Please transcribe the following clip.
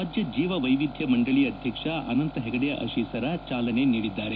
ರಾಜ್ಯ ಜೀವ ವ್ಯವಿಧ್ಯ ಮಂಡಳಿ ಅಧ್ಯಕ್ಷ ಅನಂತ ಹೆಗಡೆ ಅತೀಸರ ಚಾಲನೆ ನೀಡಿದ್ದಾರೆ